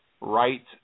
right